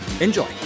Enjoy